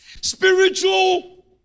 spiritual